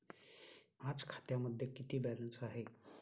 आज खात्यामध्ये किती बॅलन्स आहे?